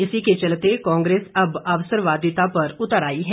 इसी के चलते कांग्रेस अब अवसरवादिता पर उतर आई है